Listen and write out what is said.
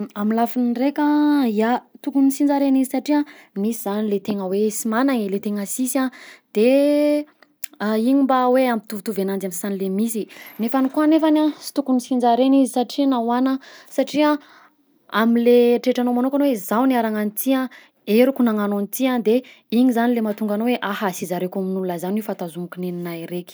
Amin'ny lafiny raika, ya tokony sinjaraina izy, satria misy zany le tegna hoe sy magnagna e, le tegna sisy, de igny mba hoe ampitovitovy ananjy amin'ny samy le misy e, nefany koa nefany a sy tokony sinjaraina izy satria nahoagna, satria am'le eritreritranao manokana hoe zaho niarana an'ity an, heriko nagnagno an'ity an, de igny zany le mahatonga anao hoe aha sy zaraiko amin'olona zany io fa tazomiko negna reky.